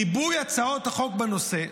ריבוי הצעות החוק בנושא,